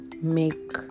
make